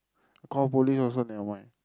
call police also nevermind